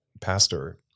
pastor